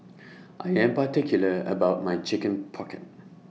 I Am particular about My Chicken Pocket